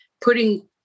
putting